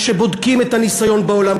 כשבודקים את הניסיון בעולם,